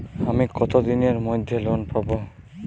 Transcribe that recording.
আমি কতদিনের মধ্যে লোন পাব?